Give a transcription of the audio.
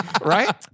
Right